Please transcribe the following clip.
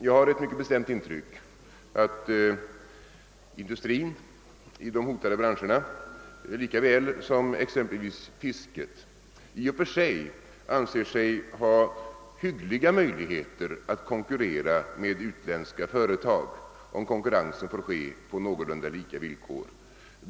Jag har ett mycket bestämt intryck av att industrin i de hotade branscher na, lika väl som exempelvis fisket, i och för sig anser sig ha hyggliga möjligheler att konkurrera med utländska företag — om konkurrensen får ske på lika villkor.